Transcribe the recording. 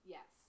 Yes